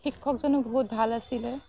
শিক্ষকজনো বহুত ভাল আছিলে